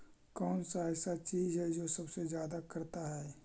कौन सा ऐसा चीज है जो सबसे ज्यादा करता है?